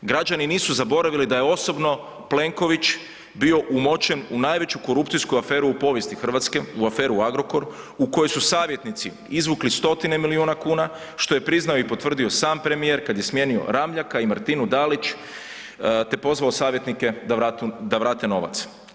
Građani nisu zaboravili da je osobno Plenković bio umočen u najveću korupcijsku aferu u povijesti Hrvatske u aferu Agrokor u kojoj su savjetnici izvukli stotine milijuna kuna, što je priznao i potvrdio sam premijer kada je smijenio Ramljaka i Martinu Dalić te pozvao savjetnike da vrate novac.